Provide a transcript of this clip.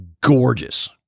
gorgeous